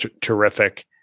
terrific –